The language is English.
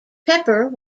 pepper